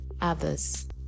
others